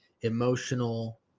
emotional